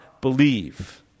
believe